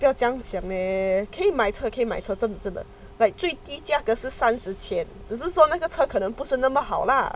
不要这样子 leh 可以买车可以买车真的真的 like 最低价格是三十千只是说那个车可能不是那么好 lah